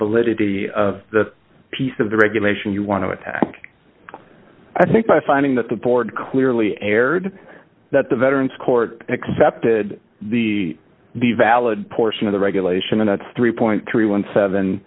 validity of the piece of the regulation you want to attack i think by finding that the board clearly erred that the veterans court accepted the valid portion of the regulation and that's three point three